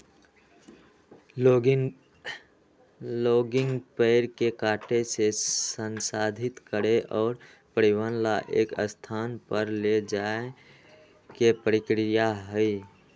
logging पेड़ के काटे से, संसाधित करे और परिवहन ला एक स्थान पर ले जाये के प्रक्रिया हई